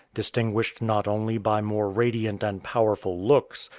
distinguished not only by more radiant and powerful looks,